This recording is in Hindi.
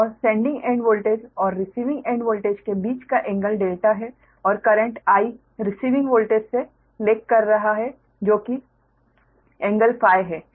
और सेंडिंग एंड वोल्टेज और रिसीविंग एंड वोल्टेज के बीच का एंगल डेल्टा है और करेंट I रिसीविंग वोल्टेज से लेग कर रहा है जो कि एंगल Φ है